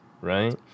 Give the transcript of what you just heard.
right